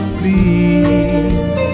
please